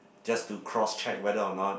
just to cross check whether or not